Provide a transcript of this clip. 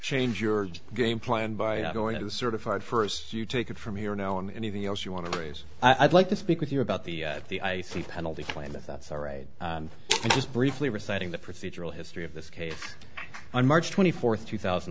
change your game plan by going to the certified first you take it from here now and anything else you want to raise i'd like to speak with you about the the i c penalty plan if that's all right and just briefly reciting the procedural history of this case on march twenty fourth two thousand